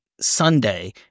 Sunday